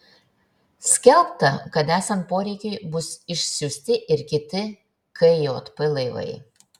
skelbta kad esant poreikiui bus išsiųsti ir kiti kjp laivai